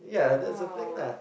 !wow!